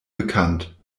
bekannt